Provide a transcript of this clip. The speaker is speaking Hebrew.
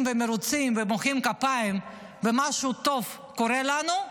ומרוצים ומוחאים כפיים ומשהו טוב קורה לנו,